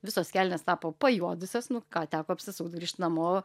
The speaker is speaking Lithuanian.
visos kelnės tapo pajuodusios nu ką teko apsisukt grįžt namo